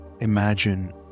Imagine